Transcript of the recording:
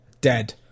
dead